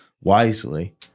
wisely